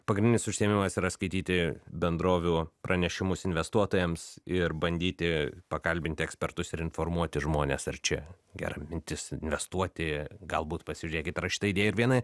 pagrindinis užsiėmimas yra skaityti bendrovių pranešimus investuotojams ir bandyti pakalbinti ekspertus ir informuoti žmones ar čia gera mintis investuoti galbūt pasižiūrėkit yra šita idėja ir viena